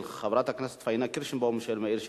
של חברת הכנסת פאינה קירשנבאום ושל מאיר שטרית,